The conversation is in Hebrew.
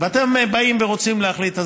ואתם באים ורוצים להחליט.